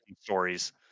stories